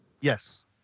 Yes